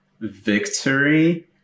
victory